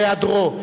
בהיעדרו,